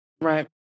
Right